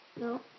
No